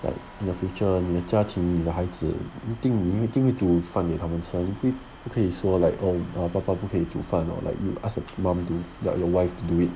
like in your future 你的家庭你的孩子你一定你一定会煮饭给他们吃嘛你不你不可以说 like oh 爸爸不可以煮饭 oh like you ask your mum to like your wife to do it